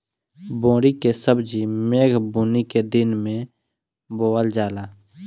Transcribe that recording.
बोड़ी के सब्जी मेघ बूनी के दिन में बोअल जाला